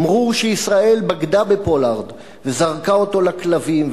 אמרו שישראל בגדה בפולארד וזרקה אותו לכלבים,